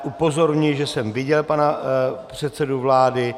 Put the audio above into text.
Upozorňuji, že jsem viděl pana předsedu vlády.